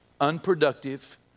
unproductive